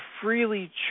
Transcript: freely